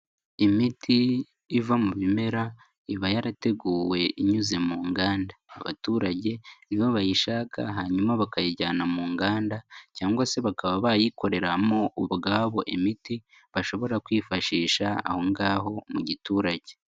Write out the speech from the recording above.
Imiti iva mu bimera iba yarateguwe inyuze mu nganda, abaturage nibo bayishaka hanyuma bakayijyana mu nganda cyangwa se bakaba bayikoreramo ubwabo imiti bashobora kwifashisha aho ngaho mu giturage.